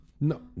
No